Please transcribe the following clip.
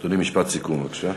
אדוני, משפט סיכום, בבקשה.